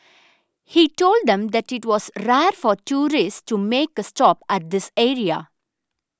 he told them that it was rare for tourists to make a stop at this area